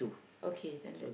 okay then that's